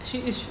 she is